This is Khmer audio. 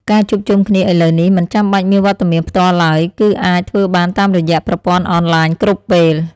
ការជួបជុំគ្នាឥឡូវនេះមិនចាំបាច់មានវត្តមានផ្ទាល់ឡើយ គឺអាចធ្វើបានតាមរយៈប្រព័ន្ធអនឡាញគ្រប់ពេល។